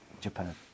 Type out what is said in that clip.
Japan